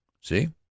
See